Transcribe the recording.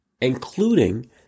including